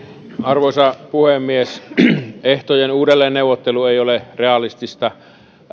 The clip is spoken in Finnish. arvoisa puhemies ehtojen uudelleen neuvottelu ei ole realistista